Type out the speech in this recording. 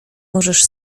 możesz